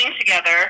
together